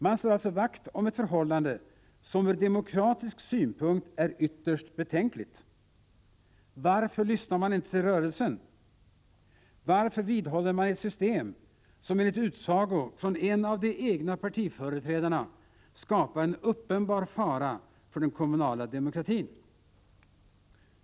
Man slår alltså vakt om ett förhållande som ur demokratisk synpunkt är ytterst betänkligt. Varför lyssnar man inte till rörelsen? Varför vidhåller man ett system som enligt utsago från en av de egna partiföreträdarna skapar en uppenbar fara för den kommunala demokratin?